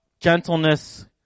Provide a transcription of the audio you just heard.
gentleness